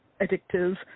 addictive